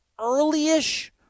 early-ish